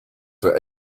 for